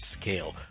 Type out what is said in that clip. scale